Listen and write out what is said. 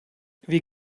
wie